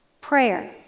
prayer